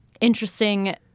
interesting